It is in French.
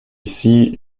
ici